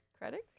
credit